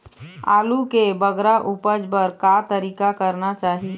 आलू के बगरा उपज बर का तरीका करना चाही?